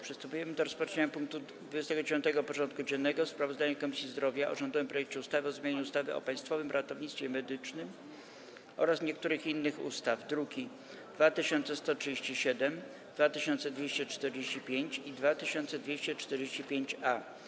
Przystępujemy do rozpatrzenia punktu 29. porządku dziennego: Sprawozdanie Komisji Zdrowia o rządowym projekcie ustawy o zmianie ustawy o Państwowym Ratownictwie Medycznym oraz niektórych innych ustaw (druki nr 2137, 2245 i 2245-A)